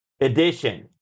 edition